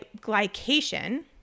glycation